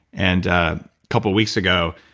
and a couple weeks ago,